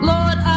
Lord